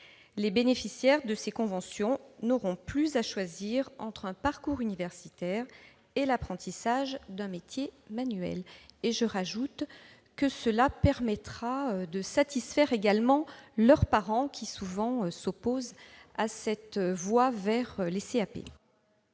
Les bénéficiaires de ces conventions n'auront plus à choisir entre un parcours universitaire et l'apprentissage d'un métier manuel. Cela permettra en outre de satisfaire leurs parents qui, souvent, s'opposent à leur orientation vers les CAP.